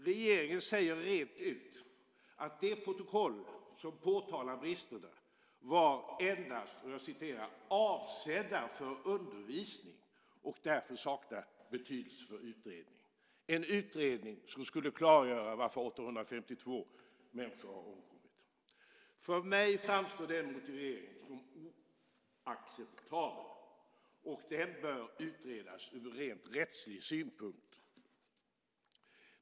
Regeringen säger rent ut att det protokoll som påtalar bristerna "endast var avsett att användas just i undervisningssyfte" och därför saknar betydelse för utredningen, en utredning som skulle klargöra varför 852 människor har omkommit. För mig framstår den motiveringen som oacceptabel och den bör utredas ur rättslig synpunkt.